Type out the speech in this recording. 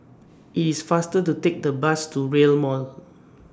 IT IS faster to Take The Bus to Rail Mall